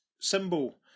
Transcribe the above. symbol